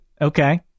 Okay